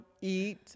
eat